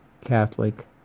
Catholic